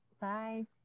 bye